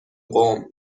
قوم